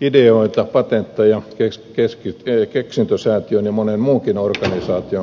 ideoita patentteja keksintösäätiön ja monen muunkin organisaation kautta